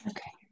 Okay